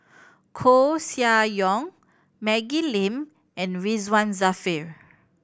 Koeh Sia Yong Maggie Lim and Ridzwan Dzafir